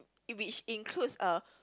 if which includes a